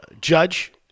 judge